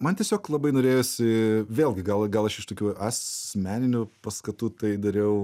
man tiesiog labai norėjosi vėlgi gal gal aš iš tokių asmeninių paskatų tai dariau